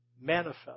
manifest